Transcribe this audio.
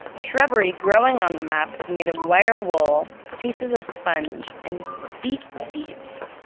shrubbery growing on the map is made of wire wool, pieces of sponge, and beet seeds.